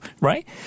right